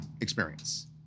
experience